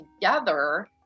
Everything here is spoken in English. together